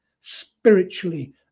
spiritually